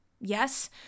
Yes